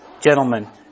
Gentlemen